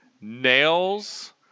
nails